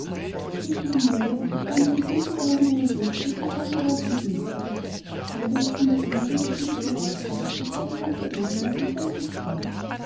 zwischen den wäldern aus tannen und buchenbäumen aber wuchs noch ein kleiner wald von ginstern so daß es im frühjahr wenn sie blühten aussah als sei der ganze odenwald mit gold bestreut